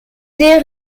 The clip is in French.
des